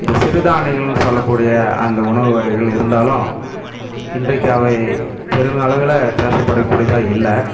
இந்த சிறுதானியங்கள்னு சொல்லக்கூடிய அந்த உணவு வகைகள் இருந்தாலும் இன்றைக்கு அவை பெரும் அளவில் பேசப்படக்கூடியதாக இல்லை